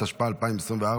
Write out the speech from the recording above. התשפ"ה 2024,